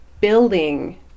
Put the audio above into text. building